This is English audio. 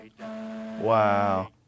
Wow